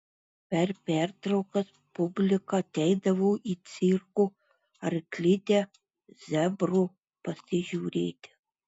per pertraukas publika ateidavo į cirko arklidę zebro pasižiūrėti